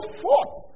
fought